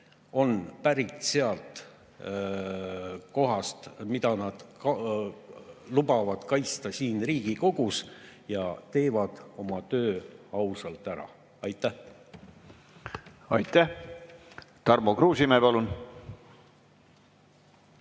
on pärit sellest kohast, mida nad lubavad kaitsta siin Riigikogus, ja teevad oma töö ausalt ära. Aitäh! Aitäh, härra juhataja!